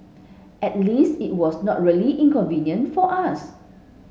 at least it was not really inconvenient for us